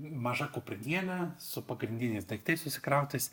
maža kuprinėle su pagrindiniais daiktais susikrautais